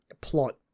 plot